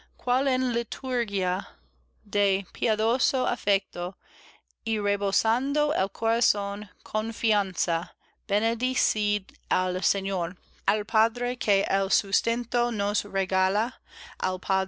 rebosando el corazón confianza bendecid al señor al padre que el sustento nos regala